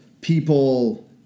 people